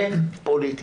אין פוליטי,